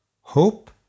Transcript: hope